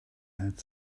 had